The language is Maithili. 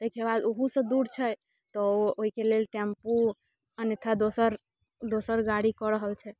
ताहिके बाद ओहू से दूर छै तऽ ओहिके लेल टेम्पू अन्यथा दोसर दोसर गाड़ी कऽ रहल छै